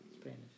Spanish